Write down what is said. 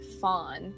Fawn